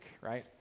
right